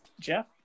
Jeff